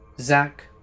Zach